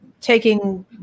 taking